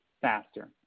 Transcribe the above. faster